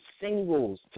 singles